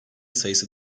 sayısı